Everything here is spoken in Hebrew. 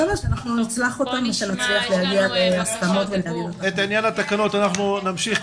את עניין התקנות אנחנו נמשיך,